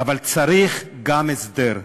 אבל צריך גם הסדר,